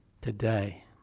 today